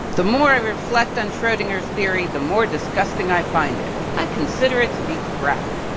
the more i reflect on schrodinger's theory, the more disgusting i find it. i consider it to be crap.